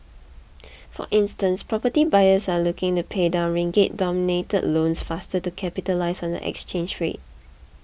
for instance property buyers are looking to pay down ringgit denominated loans faster to capitalise on the exchange rate